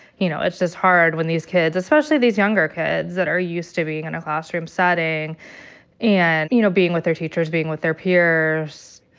you know, it's just hard when these kids, especially these younger kids that are used to being in a classroom setting and, you know, being with their teachers, being with their peers.